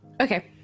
Okay